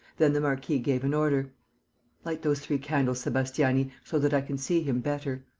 then the marquis gave an order light those three candles, sebastiani, so that i can see him better.